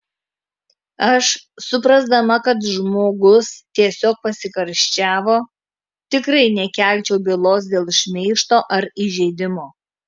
aš suprasdama kad žmogus tiesiog pasikarščiavo tikrai nekelčiau bylos dėl šmeižto ar įžeidimo